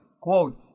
Quote